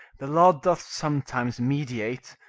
the law doth sometimes mediate,